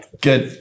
Good